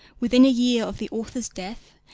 within a year of the author's death,